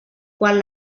quan